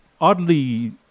oddly